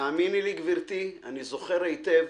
תאמיני לי, גברתי, אני זוכר היטב.